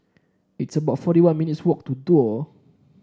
it's about forty one minutes' walk to Duo